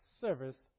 service